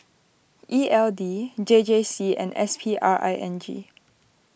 E L D J J C and S P R I N G